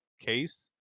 case